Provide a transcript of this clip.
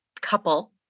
couple